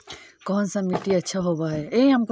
कोन सा मिट्टी अच्छा होबहय?